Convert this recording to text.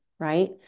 Right